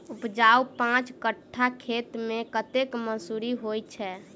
उपजाउ पांच कट्ठा खेत मे कतेक मसूरी होइ छै?